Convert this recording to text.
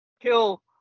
kill